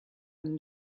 and